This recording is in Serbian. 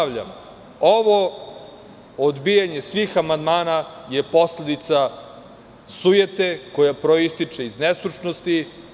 Ponavljam, ovo odbijanje svih amandmana je posledica sujete koja proističe iz nestručnosti.